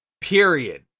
period